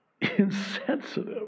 insensitive